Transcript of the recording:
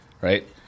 right